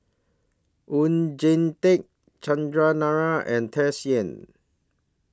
Oon Jin Teik Chandran Nair and Tsung Yeh